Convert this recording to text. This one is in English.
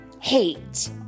hate